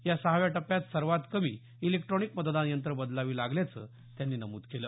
या सहाव्या टप्प्यात सर्वात कमी ईलेक्ट्रॉनिक मतदान यंत्र बदालावी लागल्याचं त्यांनी नमूद केलं